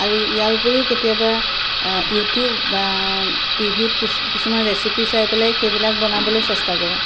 আৰু ইয়াৰ উপৰিও কেতিয়াবা ইউটিউব বা টি ভিত কিছু কিছুমান ৰেচিপি চাই পেলাই সেইবিলাক বনাবলৈ চেষ্টা কৰোঁ